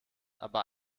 aber